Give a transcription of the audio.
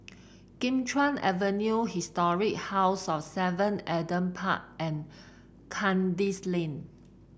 Kim Chuan Avenue Historic House of Seven Adam Park and Kandis Lane